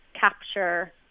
capture